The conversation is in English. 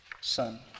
son